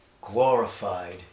glorified